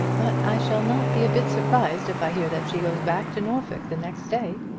but i shall not be a bit surprised if i hear that she goes back to norfolk the next day.